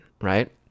right